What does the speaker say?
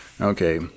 Okay